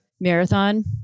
marathon